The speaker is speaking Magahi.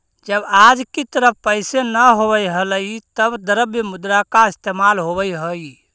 जब आज की तरह पैसे न होवअ हलइ तब द्रव्य मुद्रा का इस्तेमाल होवअ हई